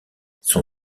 son